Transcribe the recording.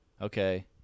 Okay